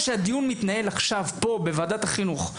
בו מתנהל עכשיו הדיון הזה פה בוועדת החינוך,